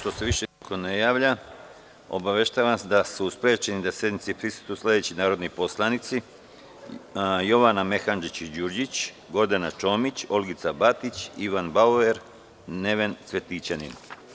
Da li se još neko javlja za reč? (Ne.) Obaveštavam vas da su sprečeni da sednici prisustvuju sledeći narodni poslanici: Jovana Mehandžić Đurđić, Gordana Čomić, Olgica Batić, Ivan Bauer i Neven Cvetićanin.